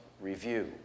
review